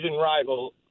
rival